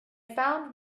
found